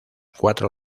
cuatro